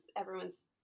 everyone's